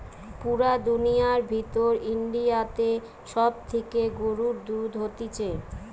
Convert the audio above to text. পুরা দুনিয়ার ভিতর ইন্ডিয়াতে সব থেকে গরুর দুধ হতিছে